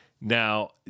Now